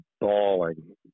bawling